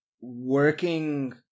working